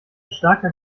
starker